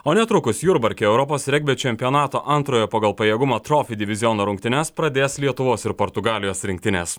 o netrukus jurbarke europos regbio čempionato antrojo pagal pajėgumą trofi diviziono rungtynes pradės lietuvos ir portugalijos rinktinės